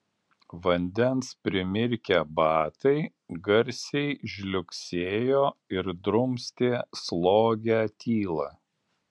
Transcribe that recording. vandens primirkę batai garsiai žliugsėjo ir drumstė slogią tylą